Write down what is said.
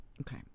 Okay